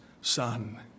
Son